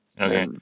Okay